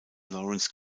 lawrence